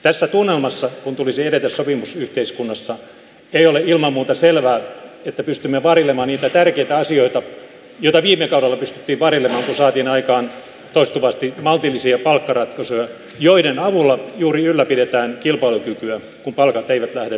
tässä tunnelmassa kun tulisi edetä sopimusyhteiskunnassa ei ole ilman muuta selvää että pystymme varjelemaan niitä tärkeitä asioita joita viime kaudella pystyttiin varjelemaan kun saatiin aikaan toistuvasti maltillisia palkkaratkaisuja joiden avulla juuri ylläpidetään kilpailukykyä kun palkat eivät lähde lentämään